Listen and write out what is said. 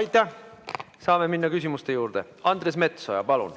Aitäh! Saame minna küsimuste juurde. Andres Metsoja, palun!